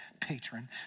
patron